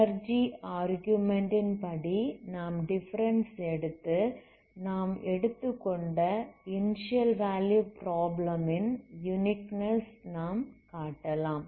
energy argument ன் படி நாம் டிஃபரன்ஸ் எடுத்து நாம் எடுத்துக்கொண்ட இனிஸியல் வேல்யூ ப்ராப்ளம் ன் யுனிக்னெஸ் நாம் காட்டலாம்